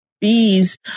bees